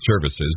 Services